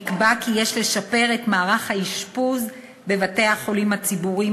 נקבע כי יש לשפר את מערך האשפוז בבתי-החולים הציבורים